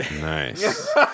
Nice